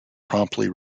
promptly